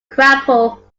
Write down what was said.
grapple